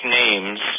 names